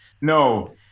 No